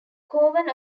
cowan